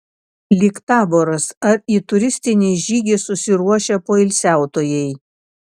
lyg taboras ar į turistinį žygį susiruošę poilsiautojai